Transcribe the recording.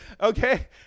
Okay